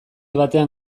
batean